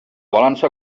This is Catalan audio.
balança